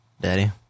Daddy